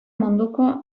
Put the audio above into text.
munduko